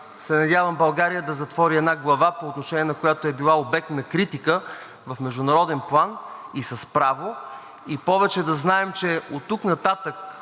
се надявам България да затвори една глава, по отношение на която е била обект на критика в международен план – и с право, и повече да знаем, че оттук нататък